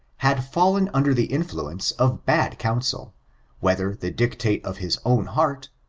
had fallen under the influence of bad counsel whether the dictate of his own heart,